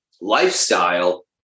lifestyle